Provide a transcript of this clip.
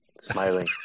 smiling